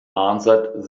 answered